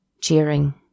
Cheering